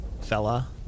fella